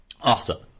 awesome